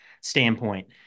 standpoint